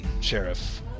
Sheriff